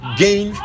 gain